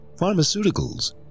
pharmaceuticals